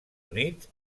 units